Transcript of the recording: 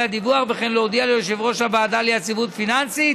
הדיווח וכן להודיע ליושב-ראש הוועדה ליציבות פיננסית